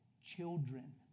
Children